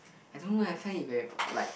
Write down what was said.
I don't know leh I find it very p~ like